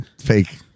fake